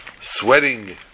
sweating